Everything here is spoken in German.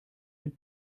den